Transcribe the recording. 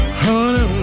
honey